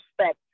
respect